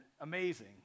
Amazing